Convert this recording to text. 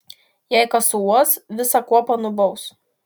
jei kas suuos visą kuopą nubaus